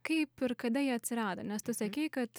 kaip ir kada ji atsirado nes tu sakei kad